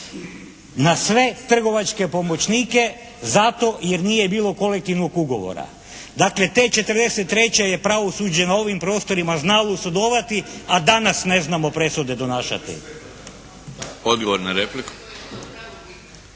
na sve trgovačke pomoćnike zato jer nije bilo kolektivnog ugovora. Dakle te 1943. je pravosuđe na ovim prostorima znalo sudovati, a danas ne znamo presude donašati.